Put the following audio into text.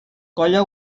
colla